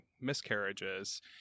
miscarriages